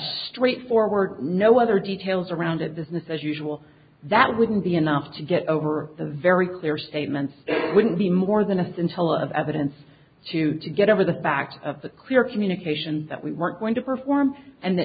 straightforward no other details around of business as usual that wouldn't be enough to get over the very clear statements wouldn't be more than a scintilla of evidence to to get over the fact of the clear communication that we weren't going to perform and